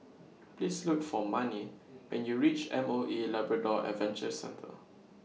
Please Look For Manie when YOU REACH M O E Labrador Adventure Centre